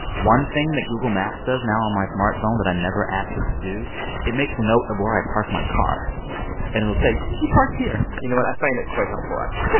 one thing that google maps does now on my smartphone that i never asked it to do it makes note of where i park my car and it'll say, you parked here you know what? i find it quite helpful, actually.